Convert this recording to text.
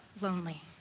lonely